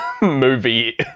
movie